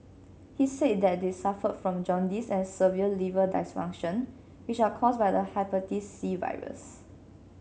he said that they suffered from jaundice and severe liver dysfunction which are caused by the Hepatitis C virus